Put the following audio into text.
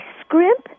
scrimp